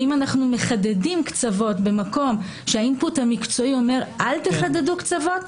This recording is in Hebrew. אם אנחנו מחדדים קצוות במקום שהאימפוט המקצועי אומר אל תחדדו קצוות,